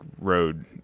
road